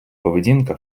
поведінка